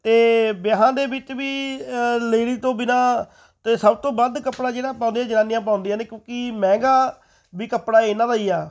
ਅਤੇ ਵਿਆਹਾਂ ਦੇ ਵਿੱਚ ਵੀ ਲੇਡੀ ਤੋਂ ਬਿਨਾਂ ਅਤੇ ਸਭ ਤੋਂ ਵੱਧ ਕੱਪੜਾ ਜਿਹੜਾ ਪਾਉਂਦੇ ਜਨਾਨੀਆਂ ਪਾਉਂਦੀਆਂ ਨੇ ਕਿਉਂਕਿ ਮਹਿੰਗਾ ਵੀ ਕੱਪੜਾ ਇਹਨਾਂ ਦਾ ਹੀ ਆ